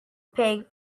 pig